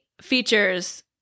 features